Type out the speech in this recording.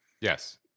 Yes